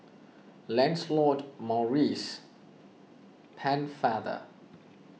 Lancelot Maurice Pennefather